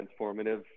transformative